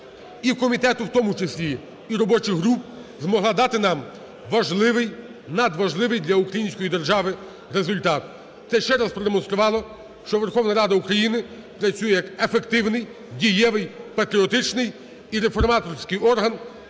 і комітету в тому числі, і робочих груп змогла дати нам важливий, надважливий для української держави результат. Це ще раз продемонструвало, що Верховна Рада України працює як ефективний, дієвий, патріотичний і реформаторський орган